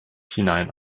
hinein